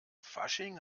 fasching